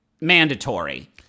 mandatory